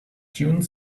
june